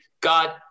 God